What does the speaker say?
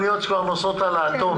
אניות ששטות על אטום.